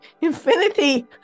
infinity